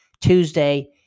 Tuesday